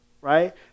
right